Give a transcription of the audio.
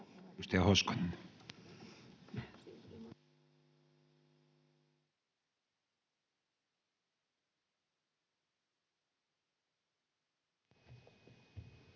Kiitos.